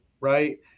right